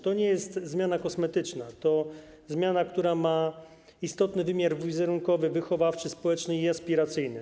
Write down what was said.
To nie jest zmiana kosmetyczna, to zmiana, która ma istotny wymiar wizerunkowy, wychowawczy, społeczny i aspiracyjny.